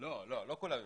לא כולם ימשכו.